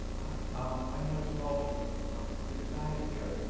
i'm mike ciaraldi from ah computer science here,